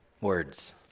words